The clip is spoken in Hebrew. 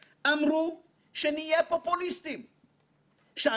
שאין לנו כלים לחקור ושאף אחד לא יגיע.